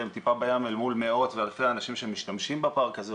הם טיפה בים אל מול מאות ואלפי אנשים שמשתמשים בפארק הזה,